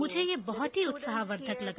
मुझे यह बहुत ही उत्साहवर्द्धकलगा